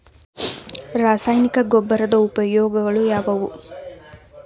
ರಾಸಾಯನಿಕ ಗೊಬ್ಬರದ ಉಪಯೋಗಗಳು ಯಾವುವು?